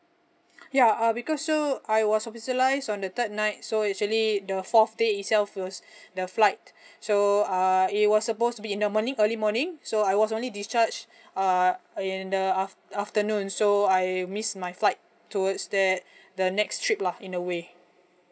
ya uh because so I was hospitalised on the third night so actually the fourth day itself was the flight so uh it was supposed to be in the morning early morning so I was only discharged uh in the af~ afternoon so I missed my flight towards that the next trip lah in a way